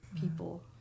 people